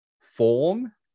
form